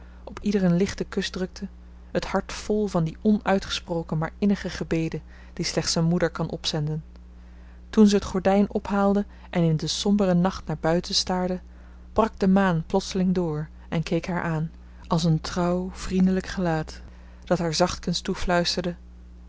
op ieder een lichten kus drukte het hart vol van die onuitgesproken maar innige gebeden die slechts een moeder kan opzenden toen ze het gordijn ophaalde en in den somberen nacht naar buiten staarde brak de maan plotseling door en keek haar aan als een trouw vriendelijk gelaat dat haar